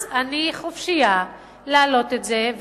אז אני חופשייה להעלות את זה.